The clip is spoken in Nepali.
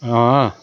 अँ